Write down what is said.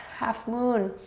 half moon.